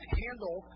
handle